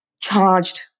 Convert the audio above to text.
charged